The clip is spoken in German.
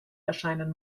erscheinen